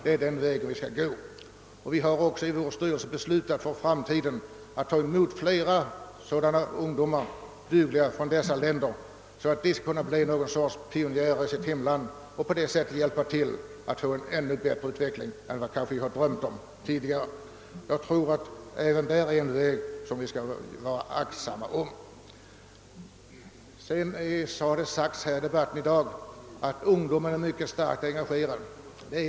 Det är den vägen vi måste gå.» Vår styrelse har också beslutat att i framtiden ta emot fler ungdomar från dessa länder, ungdomar som sedan kan bli något slags pionjärer i sitt hemland och på det sättet hjälpa till. att få en bättre utveckling än vad vi tidigare kunnat hoppas på. Det har i dagens debatt sagts att ungdomen är mycket starkt intresserad.